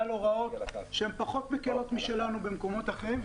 הוראות שפחות מקלות משלנו במקומות אחרים?